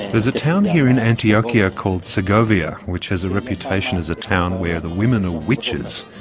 is a town here in antioquia called segovia, which has a reputation as a town where the women are witches,